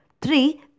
three